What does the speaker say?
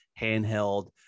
handheld